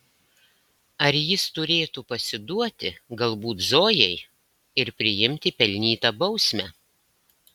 ar jis turėtų pasiduoti galbūt zojai ir priimti pelnytą bausmę